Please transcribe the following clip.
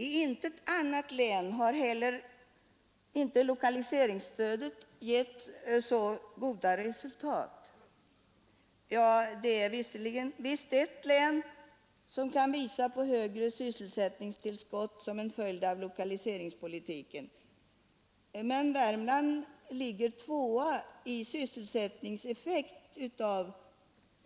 I intet annat län har lokaliseringsstödet gett lika goda resultat. Det är visserligen ett län som kan visa på högre sysselsättningstillskott som en följd av lokaliseringspolitiken, men Värmland ligger tvåa i sysselsättningseffekt av